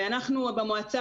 ואנחנו במועצה,